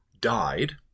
died